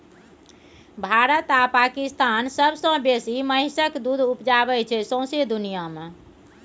भारत आ पाकिस्तान सबसँ बेसी महिषक दुध उपजाबै छै सौंसे दुनियाँ मे